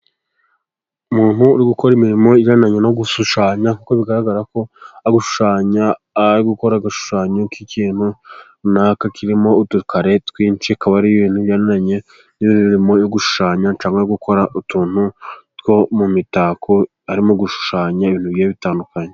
Umuntu uri gukora imirimo ijyanye no gushushanya kuko bigaragara ko gushushanya gukora agashushanyo k'ikintu runaka kirimo udukare twinshi akaba ari imrimo yo gushushanya cyangwa gukora utuntu two mu mitako. Arimo gushushanya ibintu bitandukanye.